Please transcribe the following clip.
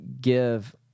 give